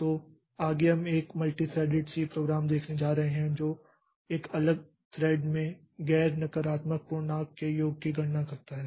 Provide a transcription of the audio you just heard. तो आगे हम एक मल्टीथ्रेडेड सी प्रोग्राम देखने जा रहे हैं जो एक अलग थ्रेड में गैर नकारात्मक पूर्णांक के योग की गणना करता है